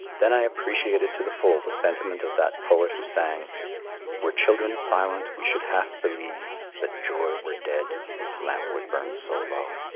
then i appreciated to the full the sentiment of that poet who sang were children silent, we should half believe that joy were dead, its lamp would burn so low.